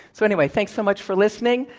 so, anyway, thanks so much for listening.